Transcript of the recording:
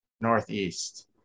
northeast